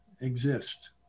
exist